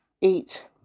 eat